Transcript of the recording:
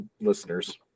listeners